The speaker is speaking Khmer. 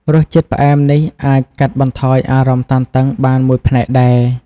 រសជាតិផ្អែមនេះអាចកាត់បន្ថយអារម្មណ៍តានតឹងបានមួយផ្នែកដែរ។